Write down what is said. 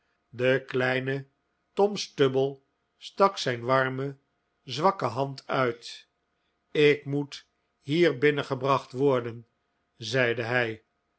de kleine tom stubble stak zijn warme zwakke hand uit ik moet hier binnengebracht worden zeide hij